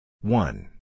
One